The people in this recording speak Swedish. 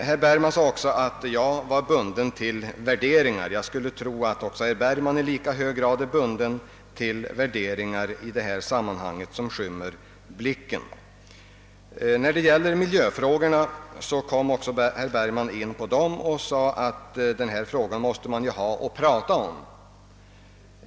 Herr Bergman sade att jag var bunden till värderingar. Jag tror att herr Bergman och socialdemokraterna i lika hög grad är bundna till värderingar som skymmer blicken för honom och för socialdemokratin. För att lösa storstädernas problem måste man blicka ut över deras egna gränser. g: Herr Bergman nämnde även miljöfrå gorna och sade att dem kan man ju alltid prata om.